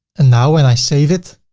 and now when i save it,